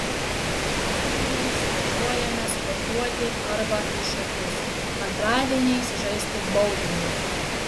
penktadieniais važiuojame sportuoti arba į šokius antradieniais žaisti boulingo